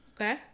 Okay